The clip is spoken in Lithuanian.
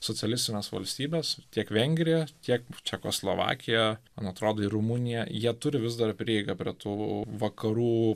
socialistines valstybes tiek vengrija tiek čekoslovakija man atrodo ir rumunija jie turi vis dar prieigą prie tų vakarų